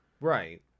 Right